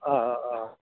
آ آ آ آ